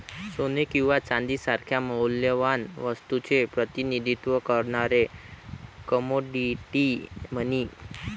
सोने किंवा चांदी सारख्या मौल्यवान वस्तूचे प्रतिनिधित्व करणारे कमोडिटी मनी